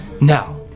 Now